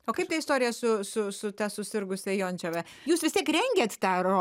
o kaip ta istorija su su su ta susirgusia jončeva jūs vis tiek rengėt tą ro